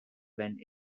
went